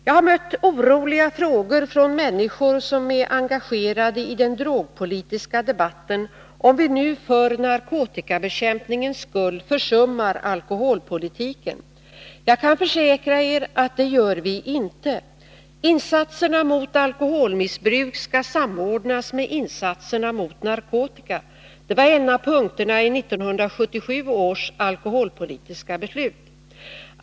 Jag har mött oroliga frågor från människor som är engagerade i den drogpolitiska debatten, om vi nu för narkotikabekämpningens skull försummar alkoholpolitiken. Jag kan försäkra er att det gör vi inte. Insatserna mot alkoholmissbruk skall samordnas med insatserna mot narkotika. Det var en av punkterna i 1977 års alkoholpolitiska beslut.